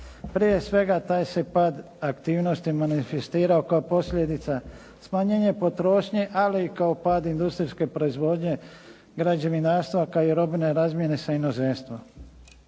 Prije svega taj se pad aktivnosti manifestirao kao posljedica smanjenja potrošnje ali i kao pad industrijske proizvodnje, građevinarstva kao i robne razmjene sa inozemstvom.